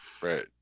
right